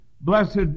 Blessed